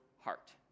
heart